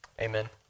Amen